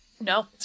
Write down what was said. No